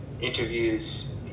interviews